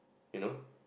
you know